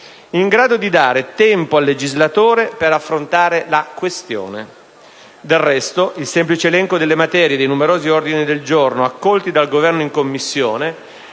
in grado di dare tempo al legislatore per affrontare la questione. Del resto, il semplice elenco delle materie e dei numerosi ordini del giorno accolti dal Governo in Commissione